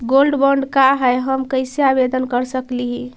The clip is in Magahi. गोल्ड बॉन्ड का है, हम कैसे आवेदन कर सकली ही?